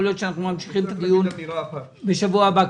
יכול להיות שנמשיך את הדיון בשבוע הבא.